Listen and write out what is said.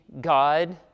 God